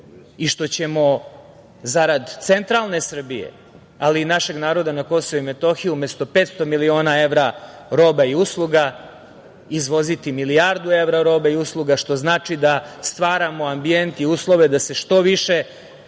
i što ćemo zarad centralne Srbije, ali i našeg naroda na Kosovu i Metohiji, umesto 500 miliona evra roba i usluga izvoziti milijardu evra robe i usluga, što znači da stvaramo ambijent i uslove da se što više